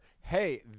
hey